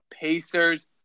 Pacers